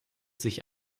sich